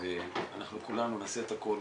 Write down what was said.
ואנחנו כולנו נעשה את הכול